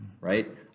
right